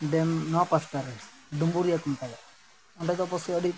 dam ᱱᱚᱣᱟ ᱯᱟᱥᱴᱟ ᱨᱮ ᱰᱩᱝᱜᱩ ᱨᱮᱭᱟᱜ ᱠᱷᱩᱱᱴᱟᱭᱟ ᱚᱸᱰᱮ ᱫᱚ ᱯᱟᱥᱮ ᱟᱹᱰᱤ